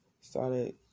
Started